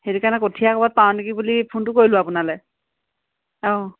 সেইটো কাৰণে কঠীয়া ক'ৰবাত পাওঁ নেকি বুলি ফোনটো কৰিলো আপোনালৈ অঁ